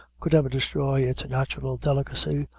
could ever destroy its natural delicacy,